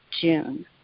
June